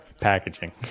Packaging